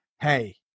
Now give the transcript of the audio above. hey